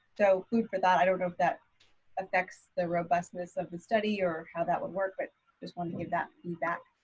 so food for thought, i don't know if that affects the robustness of the study or how that would work, but just wanna give that feedback.